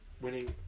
winning